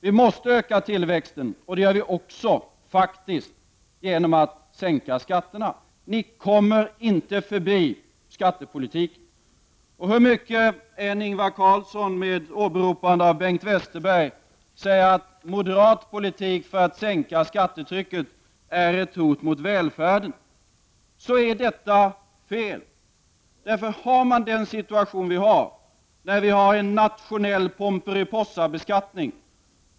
Vi måste öka tillväxten, och det gör vi också, faktiskt, genom att sänka skatterna. Regeringen kommer inte förbi skattepolitiken! Hur mycket Ingvar Carlsson, med åberopande av Bengt Westerberg, än säger att moderat politik i syfte att sänka skattetrycket är ett hot mot välfärden, är detta fel. Vi har nämligen nu en nationell ”Pomperipossabeskattning”.